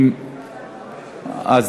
מעמד האישה.